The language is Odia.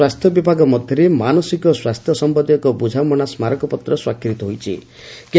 ଦୁଇଦେଶର ସ୍ୱାସ୍ଥ୍ୟ ବିଭାଗ ମଧ୍ୟରେ ମାନସିକ ସ୍ୱାସ୍ଥ୍ୟ ସମ୍ଭନ୍ଧୀୟ ଏକ ବୁଝାମଣା ସ୍କାରକପତ୍ର ସ୍ୱାକ୍ଷରିତ ହୋଇଛି